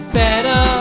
better